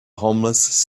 homeless